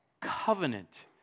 covenant